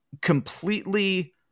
completely